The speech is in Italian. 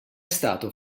stato